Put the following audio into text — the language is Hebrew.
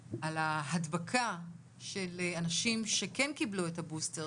ההדבקה של אנשים שכן קיבלו את הבוסטר,